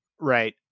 Right